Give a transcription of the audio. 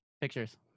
Pictures